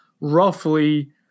roughly